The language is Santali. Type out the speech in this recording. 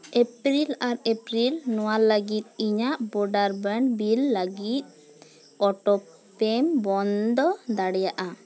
ᱮᱯᱨᱤᱞ ᱟᱨ ᱮᱯᱨᱤᱞ ᱱᱚᱣᱟ ᱞᱟᱹᱜᱤᱫ ᱤᱧᱟᱹᱜ ᱵᱚᱨᱚᱫᱵᱮᱱᱰ ᱵᱤᱞ ᱞᱟᱹᱜᱤᱫ ᱚᱴᱳᱯᱮ ᱵᱚᱱᱫᱚ ᱫᱟᱲᱮᱭᱟᱜᱼᱟ